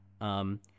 Um